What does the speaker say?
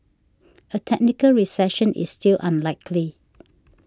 a technical recession is still unlikely